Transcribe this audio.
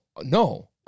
no